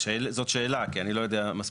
זאת שאלה כי אני לא יודע מספיק,